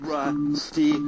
Rusty